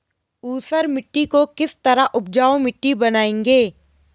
ऊसर मिट्टी को किस तरह उपजाऊ मिट्टी बनाएंगे?